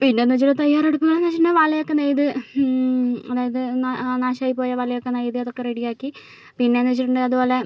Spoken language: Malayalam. പിന്നെ എന്ന് വെച്ചാൽ തയ്യാറെടുപ്പുകൾ എന്ന് വെച്ചിട്ടുണ്ടെങ്കിൽ വലയൊക്കെ നെയ്ത് അതായത് നാശായിപ്പോയ വലയൊക്കെ നെയ്ത് അതൊക്കെ റെഡിയാക്കി പിന്നെയന്ന് വെച്ചിട്ടുണ്ടെങ്കിൽ അതുപോലെ